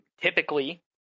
typically